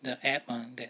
the app ah that